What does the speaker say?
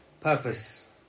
Purpose